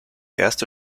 erste